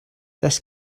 this